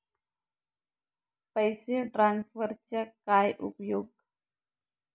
पैसे ट्रान्सफरचा काय उपयोग?